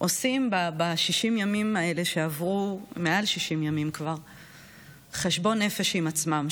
עושים במעל 60 הימים האלה שעברו חשבון נפש עם עצמם.